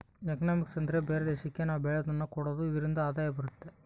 economics ಅಂದ್ರೆ ಬೇರೆ ದೇಶಕ್ಕೆ ನಾವ್ ಬೆಳೆಯೋದನ್ನ ಕೊಡೋದು ಇದ್ರಿಂದ ಆದಾಯ ಬರುತ್ತೆ